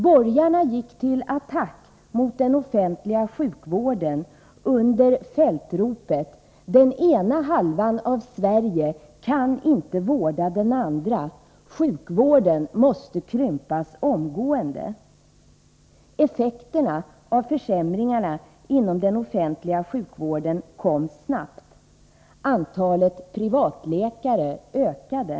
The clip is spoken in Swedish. Borgarna gick till attack mot den offentliga sjukvården under fältropet: ”Den ena halvan av Sverige kan inte vårda den andra; sjukvården måste krympas omgående.” Effekterna av försämringarna inom den offentliga sjukvården kom snabbt. Antalet privatläkare ökade.